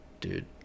dude